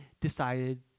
decided